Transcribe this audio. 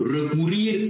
Recourir